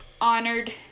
Honored